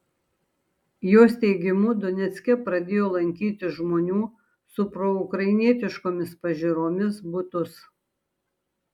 jos teigimu donecke pradėjo lankyti žmonių su proukrainietiškomis pažiūromis butus